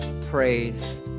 praise